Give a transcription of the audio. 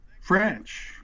French